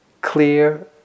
clear